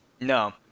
no